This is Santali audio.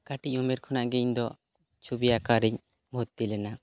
ᱠᱟᱹᱴᱤᱡ ᱩᱢᱮᱨ ᱠᱷᱚᱱᱟᱜ ᱜᱮ ᱤᱧ ᱫᱚ ᱪᱷᱚᱵᱤ ᱟᱸᱠᱟᱣ ᱨᱤᱧ ᱵᱷᱚᱨᱛᱤ ᱞᱮᱱᱟ